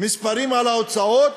מספרים על ההוצאות?